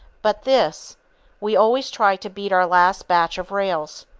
but this we always try to beat our last batch of rails.